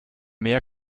mehr